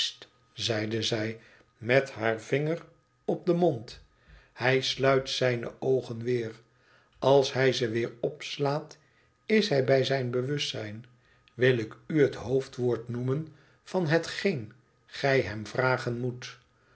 zij met haar vinger op den mond hij sluit zijne oogen weer als hij ze weer opslaat is hij bij zijn bewustzijn wil ik u het hoofdwoord noemen van hetgeen gij hem vragen moet